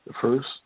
first